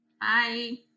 bye